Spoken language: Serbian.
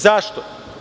Zašto?